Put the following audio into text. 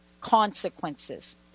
consequences